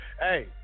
Hey